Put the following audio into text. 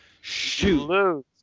Shoot